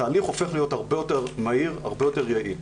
התהליך הופך להיות הרבה יותר מהיר והרבה יותר יעיל.